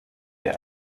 der